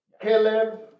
Caleb